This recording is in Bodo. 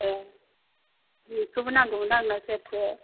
ए बेखौबो नांगौमोन आंनो सेरसे